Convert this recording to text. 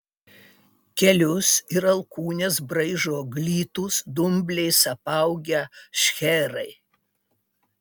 kelius ir alkūnes braižo glitūs dumbliais apaugę šcherai